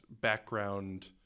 background